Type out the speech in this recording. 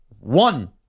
one